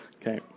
Okay